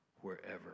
wherever